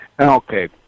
Okay